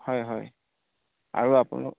হয় হয় আৰু আপোনাক